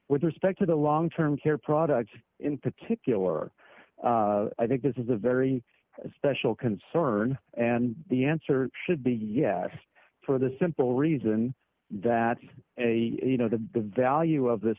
with respect to the long term care products in particular i think this is a very special concern and the answer should be yes for the simple reason that a you know the value of this